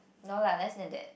no lah less than that